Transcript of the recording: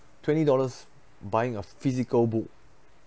twenty dollars buying a physical book